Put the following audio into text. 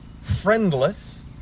friendless